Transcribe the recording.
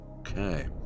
Okay